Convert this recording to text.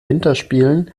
winterspielen